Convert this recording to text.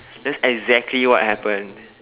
that's exactly what happened